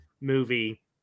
movie